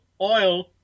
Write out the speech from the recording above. oil